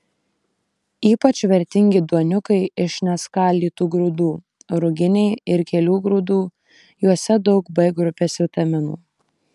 ypač vertingi duoniukai iš neskaldytų grūdų ruginiai ir kelių grūdų juose daug b grupės vitaminų